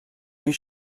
you